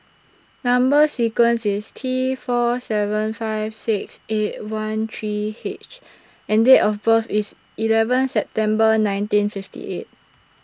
Number sequence IS T four seven five six eight one three H and Date of birth IS eleven September nineteen fifty eight